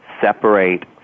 separate